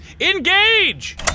Engage